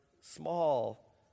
small